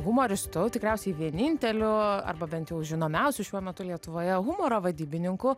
humoristu tikriausiai vieninteliu arba bent jau žinomiausiu šiuo metu lietuvoje humoro vadybininku